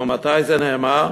אבל מתי זה נאמר?